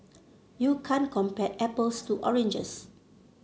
you can't compare apples to oranges